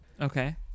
okay